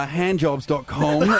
handjobs.com